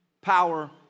power